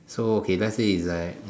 so okay let's say is like